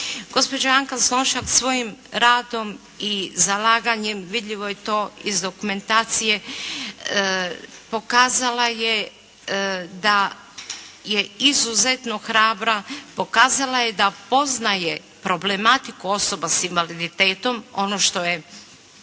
Gospođa Ana Slonjšak svojim radom i zalaganjem vidljivo je to iz dokumentacije, pokazala je da je izuzetno hrabra. Pokazala je da poznaje problematiku osoba s invaliditetom, ono što je